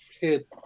hit